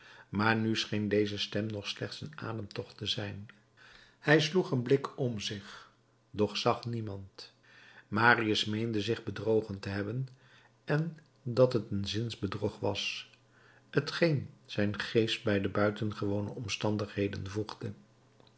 maar nu scheen deze stem nog slechts een ademtocht te zijn hij sloeg een blik om zich doch zag niemand marius meende zich bedrogen te hebben en dat t een zinsbedrog was t geen zijn geest bij de buitengewone omstandigheden voegde